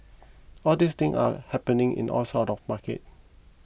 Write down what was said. all these things are happening in all sorts of market